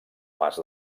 pas